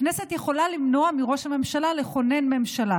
הכנסת יכולה למנוע מראש הממשלה לכונן ממשלה